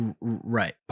Right